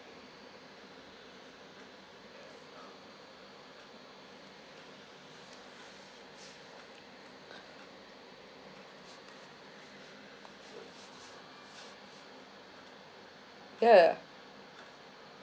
!duh!